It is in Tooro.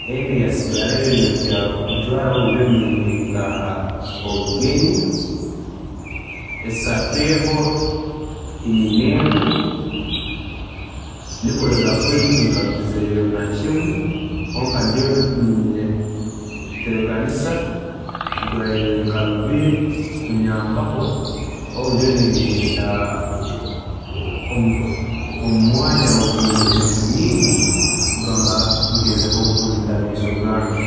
endi eyasigarayo niyo nkira kujwaara obu ndiyo nintaaha obugenyi, esapeewo nyina emu, nikwo ebirahuri tinkagizireyo nakimu, kwonka ndiyo ninyeteekaniza kugurayo nka bibiri kunyambaho obu ndiyo ningenda omumwanya ogwiine ecuucu nyingi kugamba ngezeho kulinda amaiso gange.